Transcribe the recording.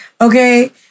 Okay